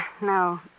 No